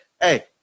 hey